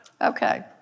Okay